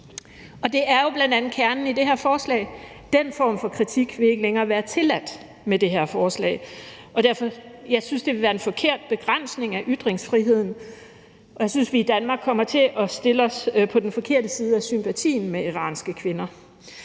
Det er jo bl.a. kernen i det her forslag: Den form for kritik vil ikke længere være tilladt med det her forslag, og jeg synes, det vil være en forkert begrænsning af ytringsfriheden. Jeg synes, vi i Danmark kommer til at stille os på den forkerte side, når det gælder